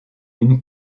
une